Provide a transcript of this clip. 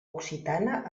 occitana